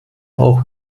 auch